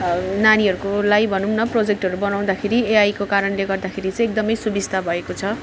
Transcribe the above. नानीहरूको लागि भनौँ न प्रोजेक्टहरू बनाउँदाखेरि एआइको कारणले गर्दाखेरि चाहिँ एकदम सुबिस्ता भएको छ